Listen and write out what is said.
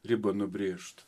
ribą nubrėžt